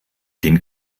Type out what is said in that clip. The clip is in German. den